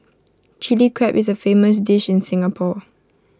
Chilli Crab is A famous dish in Singapore